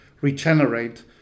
regenerate